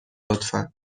لطفا